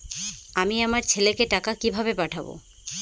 আমি আমার ছেলেকে টাকা কিভাবে পাঠাব?